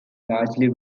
largely